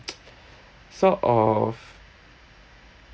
sort of